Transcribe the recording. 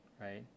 right